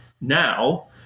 now